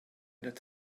that